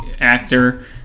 actor